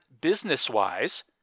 business-wise